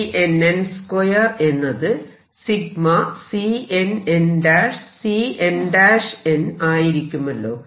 x2tnn എന്നത് ∑CnnCnn ആയിരിക്കുമല്ലോ